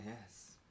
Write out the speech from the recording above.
yes